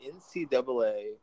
NCAA